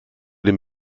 den